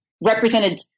represented